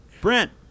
brent